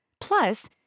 Plus